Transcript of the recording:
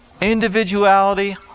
individuality